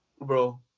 Bro